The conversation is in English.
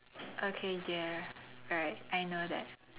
okay dear alright I know that